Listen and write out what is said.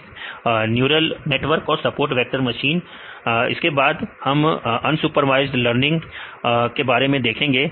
विद्यार्थी SVM neural network और support vector machine के बाद अब हम अनसुपरवाइज्ड लर्निंग के बारे में देखेंगे